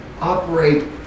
operate